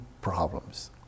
problems